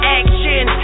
action